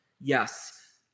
Yes